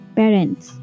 parents